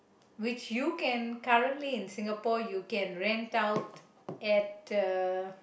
which you can currently in Singapore you can rent out at uh